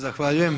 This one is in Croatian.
Zahvaljujem.